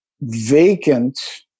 vacant